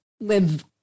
live